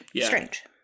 strange